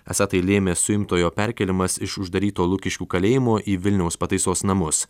esą tai lėmė suimtojo perkėlimas iš uždaryto lukiškių kalėjimo į vilniaus pataisos namus